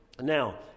now